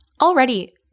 Already